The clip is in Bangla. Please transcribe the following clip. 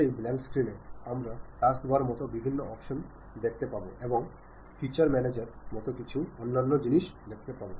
সেই ব্ল্যাঙ্ক স্ক্রিনে আমরা টাস্কবারের মতো বিভিন্ন অপশন দেখতে পাবো এবং ফিচার ম্যানেজারের মতো কিছু অন্যান্য জিনিস দেখবো